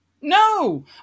no